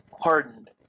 hardened